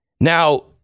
Now